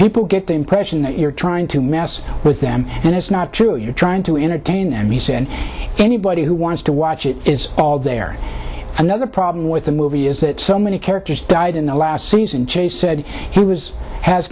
people get the impression that you're trying to mess with them and it's not true you're trying to entertain and he said anybody who wants to watch it is there another problem with the movie is that so many characters died in the last season chase said he was has